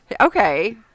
Okay